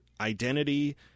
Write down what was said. identity